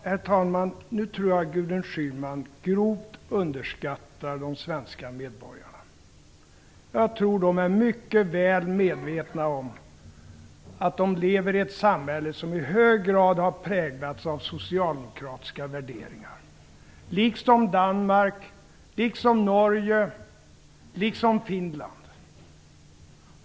Herr talman! Nu underskattar Gudrun Schyman grovt de svenska medborgarna. Jag tror att de är mycket väl medvetna om att de lever i ett samhälle som i hög grad har präglats av socialdemokratiska värderingar - liksom Danmark, liksom Norge, liksom Finland.